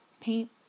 paint